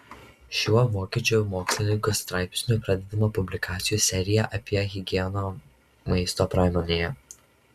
šiuo vokiečių mokslininkų straipsniu pradedame publikacijų seriją apie higieną maisto pramonėje